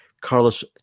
Carlos